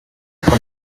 von